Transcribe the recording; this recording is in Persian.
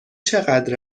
چقدر